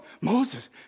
Moses